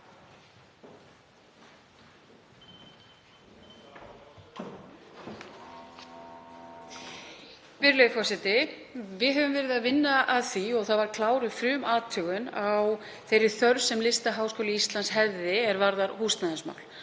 Við höfum verið að vinna að því og kláruð var frumathugun á þeirri þörf sem Listaháskóli Íslands hefur er varðar húsnæðismál.